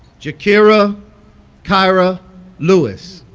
jakiera chaya lewis